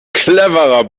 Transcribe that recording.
cleverer